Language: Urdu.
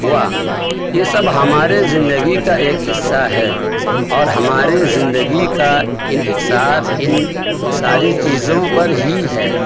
ہوا یہ سب سے ہمارے زندگی کا ایک حصہ ہے اور ہمارے زندگی کا انحصار ان ساری چیزوں پر ہی ہے